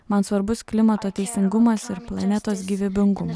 man svarbus klimato teisingumas ir planetos gyvybingumo